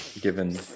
given